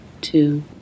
two